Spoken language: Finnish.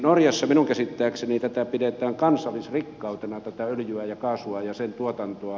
norjassa minun käsittääkseni pidetään kansallisrikkautena tätä öljyä ja kaasua ja sen tuotantoa